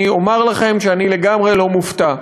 אני אומר לכם שאני לגמרי לא מופתע.